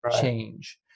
change